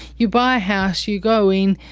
you buy a house, you go in,